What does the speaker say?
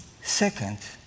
Second